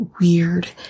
weird